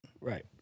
Right